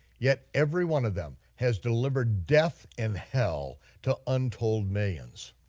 yet every one of them has delivered death and hell to untold millions.